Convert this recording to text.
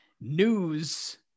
news